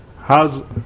How's